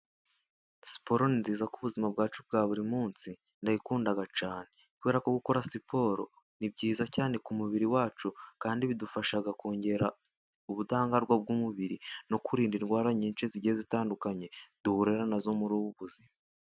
Siporo ninziza kubuzima bwacu bwa buri munsi, ndayikunda cyane kubera ko gukora siporo ni byiza cyane ku mubiri wacu, kandi bidufashaga kongera ubudahangarwa bw'umubiri no kurinda indwara nyinshi, zigenda zitandukanye duhurira nazo muri ububuzima.